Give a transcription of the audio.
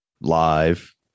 live